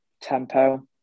tempo